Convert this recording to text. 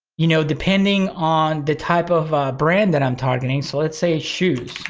you know, depending on the type of a brand that i'm targeting, so let's say shoes,